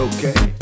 Okay